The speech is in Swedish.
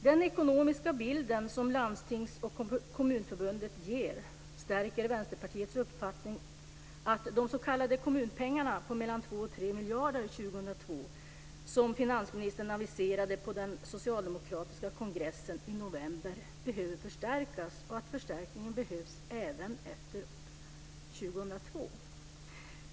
Den ekonomiska bild som Landstings och Kommunförbunden ger stärker Vänsterpartiets uppfattning att de s.k. kommunpengar på 2-3 miljarder år 2002 som finansministern aviserade på den socialdemokratiska kongressen i november behöver förstärkas och att förstärkningen behövs även efter år 2002.